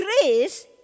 Grace